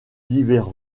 divers